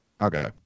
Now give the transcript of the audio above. Okay